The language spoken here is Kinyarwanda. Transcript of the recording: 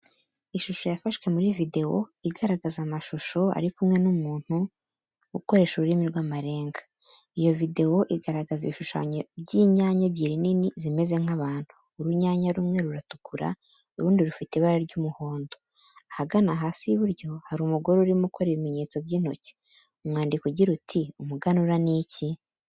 Ishusho yafashwe muri videwo, igaragaza amashusho ari kumwe n'umuntu ukoresha ururimi rw'amarenga. Iyo videwo igaragaza ibishushanyo by'inyanya ebyiri nini, zimeze nk'abantu. Urunyanya rumwe ruratukura, urundi rufite ibara ry'umuhondo. Ahagana hasi iburyo, hari umugore urimo akora ibimenyetso by'intoki. Umwandiko ugira uti:"Umuganura ni iki?"